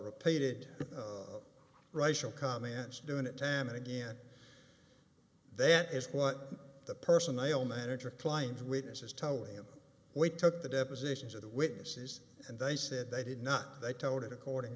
repeated racial comments doing it time and again that is what the personnel manager clients witnesses telling them we took the depositions of the witnesses and they said they did not they told according